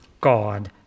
God